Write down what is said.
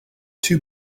too